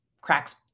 cracks